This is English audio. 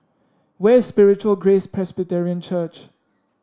where is Spiritual Grace Presbyterian Church